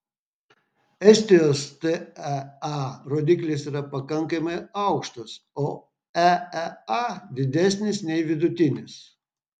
estijos tea rodiklis yra pakankamai aukštas o eea didesnis nei vidutinis